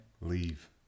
Leave